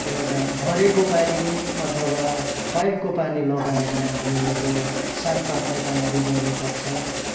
एउटा भरेको पानी अथवा पाइपको पानी लगाएर हामीले त्यो साग पातलाई तयारी गर्नुपर्छ